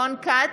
רון כץ,